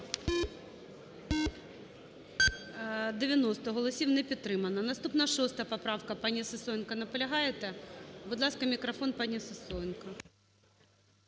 90 голосів. Не підтримана. Наступна - 6 поправка. Пані Сисоєнко, наполягаєте? Будь ласка, мікрофон пані Сисоєнко.